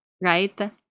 right